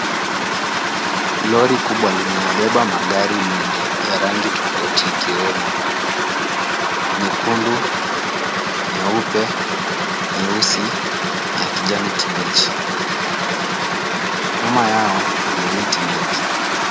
Lori kubwa limeyabeba magari mengi ya rangi tofauti ikiwemo nyekundu, nyeupe, nyeusi na kijani kibichi. Nyuma yao kuna miti mingi.